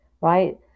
right